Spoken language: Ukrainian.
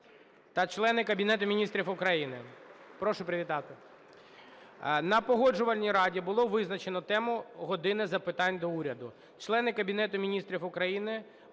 та члени Кабінету Міністрів України. Прошу привітати. На Погоджувальній раді було визначено тему "години запитань до Уряду". Члени Кабінету Міністрів України